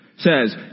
says